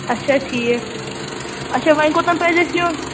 اچھا ٹھیٖک اچھا وۅنۍ کوٚتَن پَزِ اَسہِ یُن